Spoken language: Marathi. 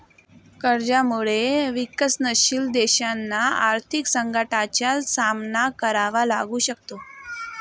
कर्जामुळे विकसनशील देशांना आर्थिक संकटाचा सामना करावा लागू शकतो